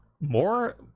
more